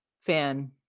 fan